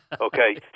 Okay